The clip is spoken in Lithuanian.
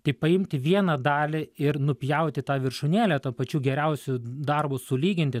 tai paimti vieną dalį ir nupjauti tą viršūnėlę tuo pačiu geriausiu darbu sulyginti